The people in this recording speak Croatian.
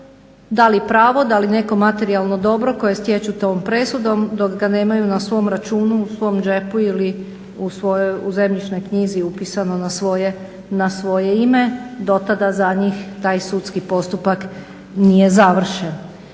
da li pravo ili neko materijalno dobro koje stječu tom presudom dok ga nemaju na svom računu u svom džepu ili u zemljišnoj knjizi upisano na svoje ime do tada za njih taj sudski postupak nije završen.